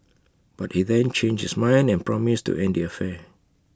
but he then changed his mind and promised to end the affair